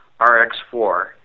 RX-4